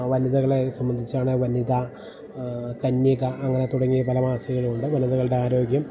വനിതകളെ സംബന്ധിച്ചാണ് വനിത കന്യക അങ്ങനെ തുടങ്ങിയ പല മാസികകൾ ഉണ്ട് വനിതകളുടെ ആരോഗ്യം